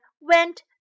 went